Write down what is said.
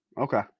Okay